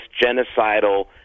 genocidal